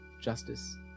justice